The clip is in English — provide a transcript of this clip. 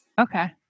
Okay